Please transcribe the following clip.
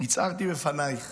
הצהרתי בפנייך